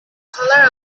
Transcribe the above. color